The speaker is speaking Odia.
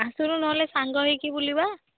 ଆସୁନୁ ନହେଲେ ସାଙ୍ଗ ହୋଇକି ବୁଲିବା